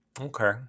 Okay